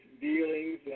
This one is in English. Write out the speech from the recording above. dealings